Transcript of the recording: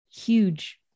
huge